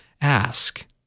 ask